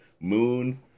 moon